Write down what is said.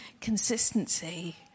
consistency